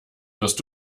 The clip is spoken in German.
wirst